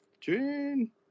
june